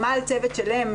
עמל כאן צוות שלם,